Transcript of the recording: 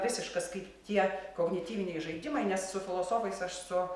visiškas kaip tie kognityviniai žaidimai nes su filosofais aš su